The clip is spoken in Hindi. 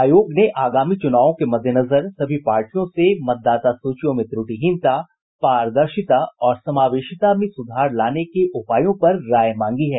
आयोग ने आगामी चुनावों के मद्देनजर सभी पार्टियों से मतदाता सूचियों में त्रुटिहीनता पारदर्शिता और समावेशिता में सुधार लाने के उपायों पर राय मांगी है